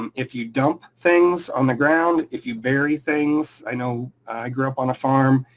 um if you dump things on the ground, if you bury things, i know i grew up on a farm,